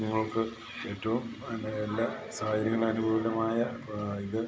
നിങ്ങൾക്ക് ഏറ്റവും അതിൻ്റെ എല്ലാ സാഹചര്യങ്ങളും അനുകൂലമായ ഇത്